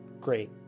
great